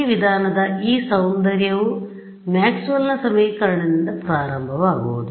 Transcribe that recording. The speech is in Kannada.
ಈ ವಿಧಾನದ ಈ ಸೌಂದರ್ಯವು ಮ್ಯಾಕ್ಸ್ವೆಲ್ನ ಸಮೀಕರಣದಿಂದ ಪ್ರಾರಂಭವಾಗುವುದು